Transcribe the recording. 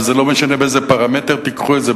וזה לא משנה באיזה פרמטר תיקחו את זה,